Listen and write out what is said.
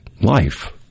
life